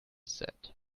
said